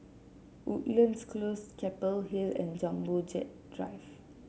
Woodlands Close Keppel Hill and Jumbo Jet Drive